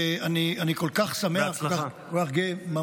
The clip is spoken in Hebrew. ואני כל כך שמח וכל כך גאה.